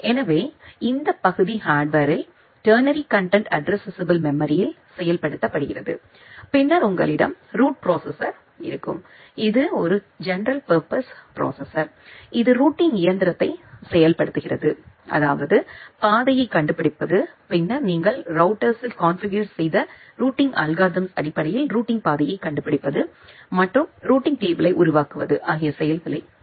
எனவே இந்த பகுதி ஹார்ட்வேர்ல் டெர்னரி கன்டென்ட் அட்ட்ரஸ்சப்ளே மெமரியில் செயல்படுத்தப்படுகிறது பின்னர் உங்களிடம் ரூட் ப்ரோசெசர் இருக்கும் இது ஒரு ஜெனரல் பர்போஸ் ப்ரோசெசர் இது ரூட்டிங் இயந்திரத்தை செயல்படுத்துகிறது அதாவது பாதையை கண்டுபிடிப்பது பின்னர் நீங்கள் ரௌட்டர்ஸ்ஸில் கான்ஃபிகர் செய்த ரூட்டிங் அல்கோரிதம்ஸ் அடிப்படையில் ரூட்டிங் பாதையை கண்டுபிடிப்பது மற்றும் ரூட்டிங் டேபிளை உருவாக்குவது ஆகிய செயல்களை செய்கிறது